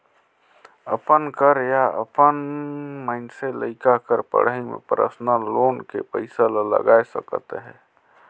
अपन कर या अपन मइनसे लइका कर पढ़ई में परसनल लोन के पइसा ला लगाए सकत अहे